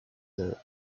their